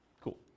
cool